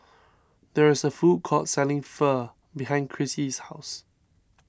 there is a food court selling Pho behind Krissy's house